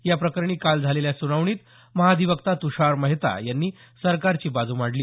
याप्रकरणी काल झालेल्या सुनावणीत महाधिवक्ता तुषार मेहता यांनी सरकारची बाजू मांडली